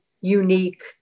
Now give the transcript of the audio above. unique